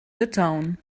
litauen